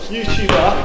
YouTuber